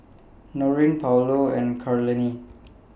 Noreen Paulo and Karlene